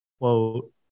quote